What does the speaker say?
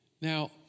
Now